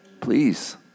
please